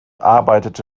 arbeitete